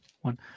one